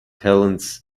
helens